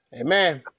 Amen